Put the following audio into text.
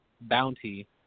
bounty